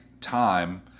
time